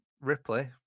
Ripley